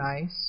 nice